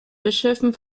bischöfen